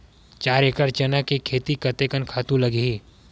चार एकड़ चना के खेती कतेकन खातु लगही?